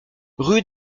rue